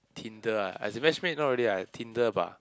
Tinder ah as in best friends is not really ah Tinder ba